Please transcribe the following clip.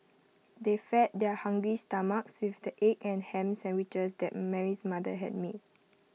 they fed their hungry stomachs with the egg and Ham Sandwiches that Mary's mother had made